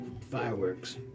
fireworks